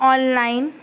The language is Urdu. on line